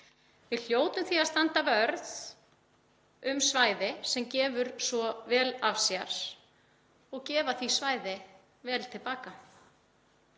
Við hljótum því að standa vörð um svæði sem gefur svo vel af sér og gefa því svæði vel til baka.